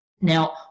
Now